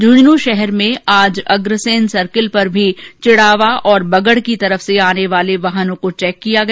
झंझन् शहर में आज अग्रसेन सर्किल पर भी चिड़ावा और बगड़ की तरफ से आने वाले वाहनों को चैक किया गया